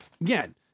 again